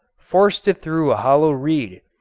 forced it through a hollow reed.